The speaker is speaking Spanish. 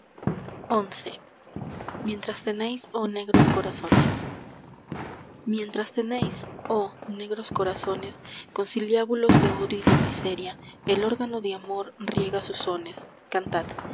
será brasa de tu incensario xi mientras tenéis oh negros corazones conciliábulos de odio y de miseria el órgano de amor riega sus sones cantan